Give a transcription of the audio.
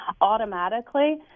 automatically